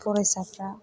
फरायसाफ्रा